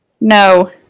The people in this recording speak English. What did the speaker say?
No